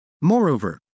Moreover